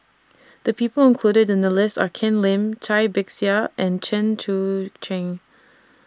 The People included in The list Are Ken Lim Cai Bixia and Chen Sucheng